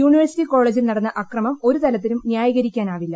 university കോളേജിൽ നടന്നു ദൃത്ത്കുകമം ഒരു തരത്തിലും ന്യായീകരിക്കാനാവില്ല